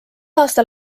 aastal